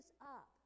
up